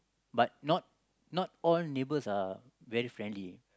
but not not all neighbours are very friendly